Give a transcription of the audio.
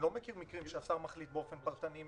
אני לא מכיר מקרים שהשר מחליט באופן פרטני.